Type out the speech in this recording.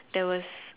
there was